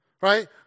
right